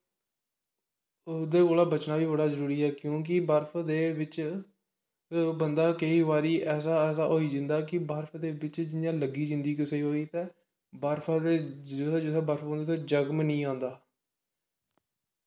ओहदे कोला बचना बी बड़ा जरुरी ऐ क्योंकि बर्फ दे बिच बंदा केंई बारी ऐसा ऐसा होई जंदा कि बर्फ दे बिच जियां लग्गी जंदी कुसे गी कोई ते बर्फ जित्थे जित्थै बर्फ पौंदी उत्थै जख्म नेईं आंदा